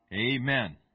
Amen